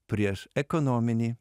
prieš ekonominį